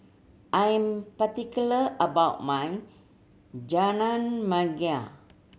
I am particular about my Jajangmyeon